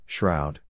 Shroud